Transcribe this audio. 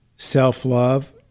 Self-love